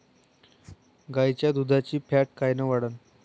गाईच्या दुधाची फॅट कायन वाढन?